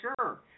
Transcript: sure